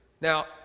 Now